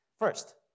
First